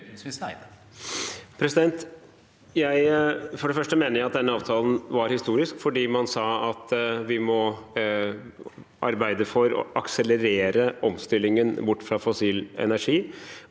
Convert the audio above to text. For det første mener jeg at denne avtalen var historisk fordi man sa at vi må arbeide for å akselerere omstillingen bort fra fossil energi.